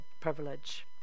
privilege